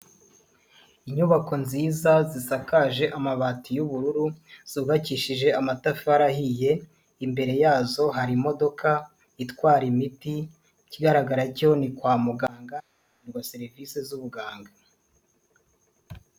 Inyubako nziza zisakaje amabati y'ubururu, zubakishije amatafari ahiye, imbere yazo hari imodoka itwara imiti, ikigaragara cyo ni kwa muganga, batanga serivisi z'ubuganga.